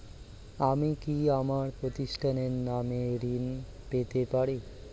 আমি কি আমার প্রতিষ্ঠানের নামে ঋণ পেতে পারি?